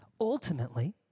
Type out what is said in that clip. Ultimately